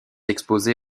exposé